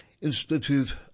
Institute